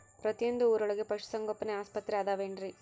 ಪ್ರತಿಯೊಂದು ಊರೊಳಗೆ ಪಶುಸಂಗೋಪನೆ ಆಸ್ಪತ್ರೆ ಅದವೇನ್ರಿ?